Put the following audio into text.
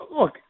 look